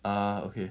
ah okay